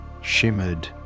shimmered